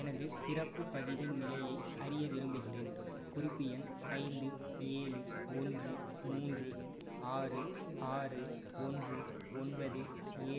எனது பிறப்பு பதிவின் நிலையை அறிய விரும்புகிறேன் குறிப்பு எண் ஐந்து ஏழு ஒன்று மூன்று ஆறு ஆறு ஒன்று ஒன்பது